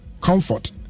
Comfort